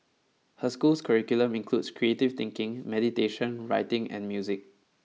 her school's curriculum includes creative thinking meditation writing and music